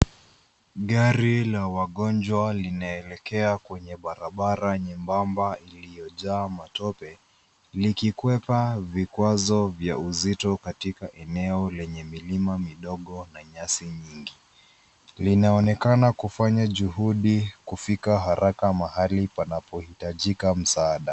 Gari la wagonjwa linaelekea kwenye barabara nyembamba iliyojaa matope, likikwepa vikwazo vya uzito katika eneo lenye milima midogo na nyasi nyingi. Linaonekana kufanya juhudi kufika haraka mahali panapohitajika msaada.